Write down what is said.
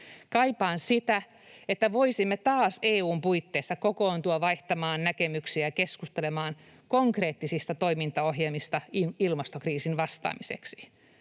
Kaipaan sitä, että voisimme taas EU:n puitteissa kokoontua vaihtamaan näkemyksiä ja keskustelemaan konkreettisista toimintaohjelmista ilmastokriisiin vastaamiseksi.